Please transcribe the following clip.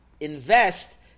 invest